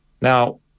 Now